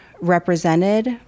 represented